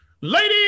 Ladies